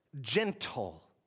gentle